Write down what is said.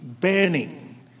burning